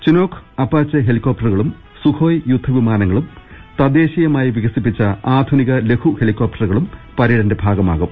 Chinook Apache ഹെലികോപ്റ്ററുകളും Sukhoi യുദ്ധവിമാനങ്ങളും തദ്ദേശീയമായി വികസിപ്പിച്ച ആധുനിക ലഘു ഹെലികോപ്റ്ററുകളും പരേഡിന്റെ ഭാഗ മാകും